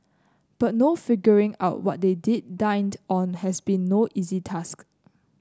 but figuring out what they did dined on has been no easy task